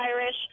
Irish